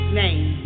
name